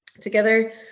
together